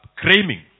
claiming